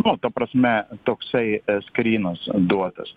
nu ta prasme toksai e skrynas duotas